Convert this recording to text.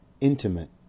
intimate